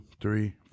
three